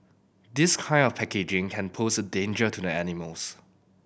this kind of packaging can pose a danger to the animals